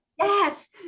Yes